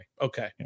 Okay